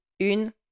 une